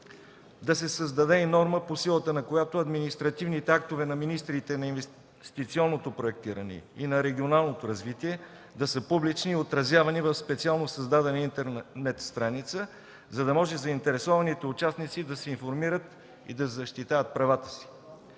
да се създаде и норма, по силата на която административните актове на министрите на инвестиционното проектиране и на регионалното развитие да са публични и отразявани в специално създадена интернет страница, за да може заинтересованите участници да се информират и да защитават правата си.